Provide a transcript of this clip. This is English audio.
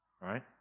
right